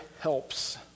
helps